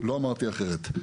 לא אמרתי אחרת.